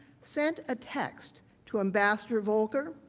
send a text to ambassador voelker,